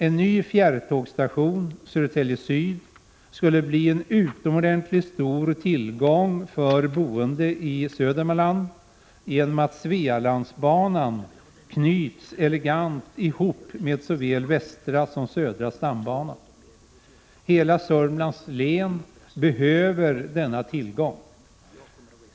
En ny fjärrtågsstation, Södertälje Syd, skulle bli en utomordentligt stor tillgång för boende i Södermanland genom att Svealandsbanan elegant knyts ihop med såväl västra som södra stambanan. Hela Södermanlands län behöver denna tillgång.